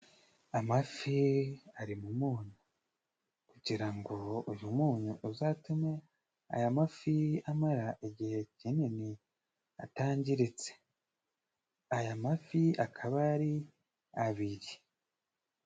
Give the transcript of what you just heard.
Amafi ari mu munyu, kugira ngo uyu munyu uzatume aya mafi amara igihe kinini atangiritse. Aya mafi akaba ari abiri.